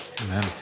Amen